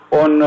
on